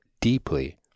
deeply